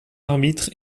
arbitre